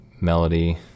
melody